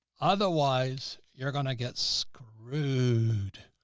otherwise you're going to get screwed.